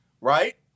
right